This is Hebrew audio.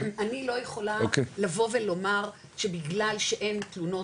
אני לא יכולה לבוא ולומר שבגלל שאין תלונות,